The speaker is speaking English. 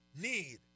need